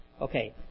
Okay